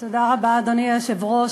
אדוני היושב-ראש,